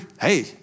hey